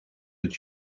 het